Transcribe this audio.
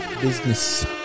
business